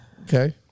Okay